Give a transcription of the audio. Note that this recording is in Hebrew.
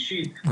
אישית,